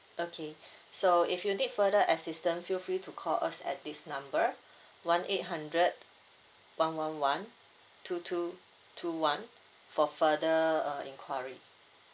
okay so if you need further assistant feel free to call us at this number one eight hundred one one one two two two one for further uh inquiry